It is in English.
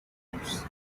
pockets